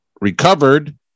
recovered